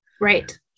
Right